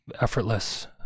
effortless